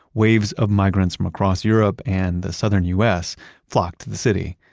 waves of migrants from across europe and the southern us flocked to the city.